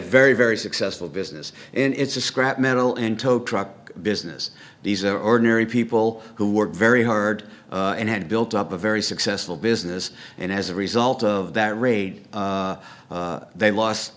very very successful business and it's a scrap metal and tow truck business these are ordinary people who work very hard and had built up a very successful business and as a result of that raid they lost